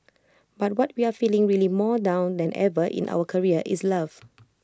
but what we are feeling really more now than ever in our career is love